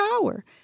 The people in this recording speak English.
power